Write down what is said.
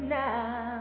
now